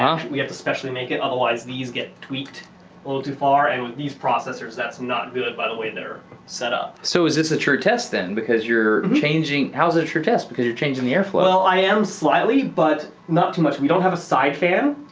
we have to specially make it otherwise these get tweaked a little too far and with these processors, that's not good by the way they're set up. so is this a true test then, because you're changing, how's it a true test because you're changing the air flow? well, i am slightly but not too much. we don't have a side fan,